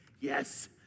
Yes